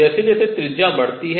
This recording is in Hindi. जैसे जैसे त्रिज्या बढ़ती है